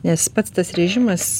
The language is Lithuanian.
nes pats tas režimas